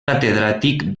catedràtic